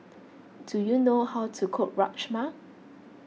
do you know how to cook Rajma